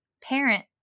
parent